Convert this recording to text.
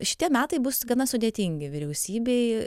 šitie metai bus gana sudėtingi vyriausybei